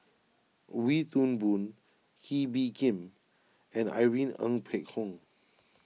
Wee Toon Boon Kee Bee Khim and Irene Ng Phek Hoong